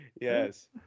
Yes